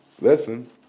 listen